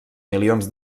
milions